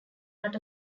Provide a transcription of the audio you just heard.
not